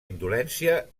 indolència